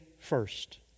first